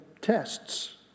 tests